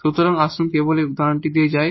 সুতরাং আসুন আমরা কেবল এই উদাহরণটি দিয়ে যাই